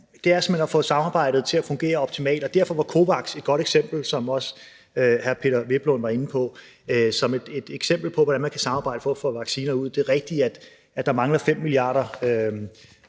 frem her, simpelt hen er at få samarbejdet til at fungere optimalt, og derfor var COVAX et godt eksempel, som også hr. Peder Hvelplund var inde på, på, hvordan man kan samarbejde om at få vaccinerne ud. Det er rigtigt, at der mangler 5 mia.